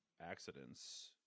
accidents